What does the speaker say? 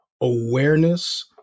awareness